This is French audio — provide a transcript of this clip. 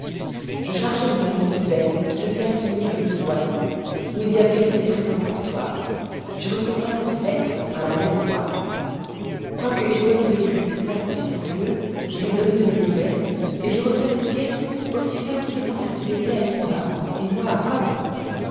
je chargeai mon ami ibben de te faire tenir une boîte où il y avoit quelques présents pour toi tu recevras cette lettre par la même voie quoique éloigné de lui de cinq ou six cents lieues je lui donne de mes nouvelles et je reçois des siennes aussi facilement que s'il étoit à ispahan et moi à com